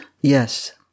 Yes